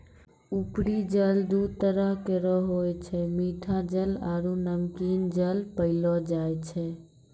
उपरी जल दू तरह केरो होय छै मीठा जल आरु नमकीन जल पैलो जाय छै